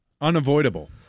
unavoidable